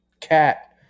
cat